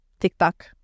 TikTok